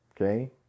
okay